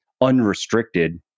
unrestricted